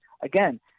again